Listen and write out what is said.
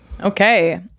Okay